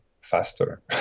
faster